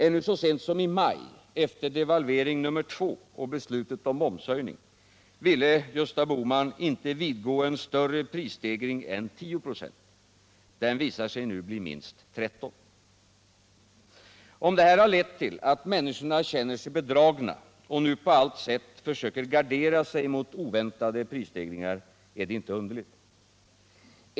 Ännu så sent som i maj, efter devalvering nr 2 och beslutet om momshöjning, ville Gösta Bohman inte vidgå en större prisstegring än 10 96. Den visar sig nu bli minst 13 96. Om det här lett till att människorna känner sig bedragna och nu på allt sätt försöker gardera sig mot oväntade prisstegringar, är inte underligt.